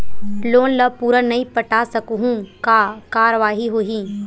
Loan ला पूरा नई पटा सकहुं का कारवाही होही?